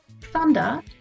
Thunder